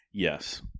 Yes